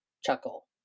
chuckle